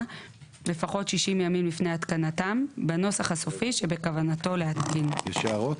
לפחות 60 ימים לפני התקנתם בנוסח הסופי שבכוונתו להתקין." יש הערות?